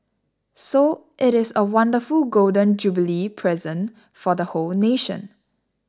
so it is a wonderful Golden Jubilee present for the whole nation